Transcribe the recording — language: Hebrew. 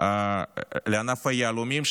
לענף היהלומים,